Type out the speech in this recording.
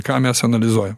ką mes analizuojam